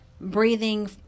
breathing